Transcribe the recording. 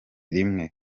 rimwe